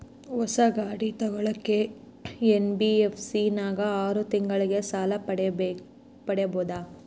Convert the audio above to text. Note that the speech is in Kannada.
ಹೊಸ ಗಾಡಿ ತೋಗೊಳಕ್ಕೆ ಎನ್.ಬಿ.ಎಫ್.ಸಿ ನಾಗ ಆರು ತಿಂಗಳಿಗೆ ಸಾಲ ಪಡೇಬೋದ?